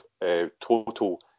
total